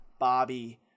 bobby